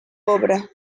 obra